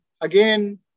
again